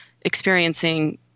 experiencing